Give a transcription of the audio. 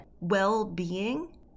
well-being